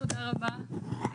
תודה רבה,